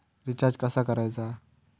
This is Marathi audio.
रिचार्ज कसा करायचा?